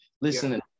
listening